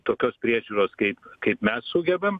tokios priežiūros kaip kaip mes sugebam